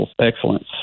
excellence